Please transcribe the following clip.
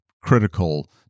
critical